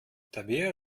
tabea